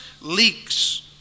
leaks